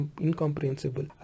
incomprehensible